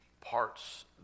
parts